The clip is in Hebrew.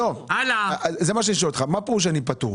זה מה שאני שואל אותך, מה פירוש אני פטור?